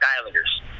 Islanders